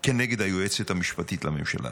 כנגד היועצת המשפטית לממשלה,